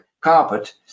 carpet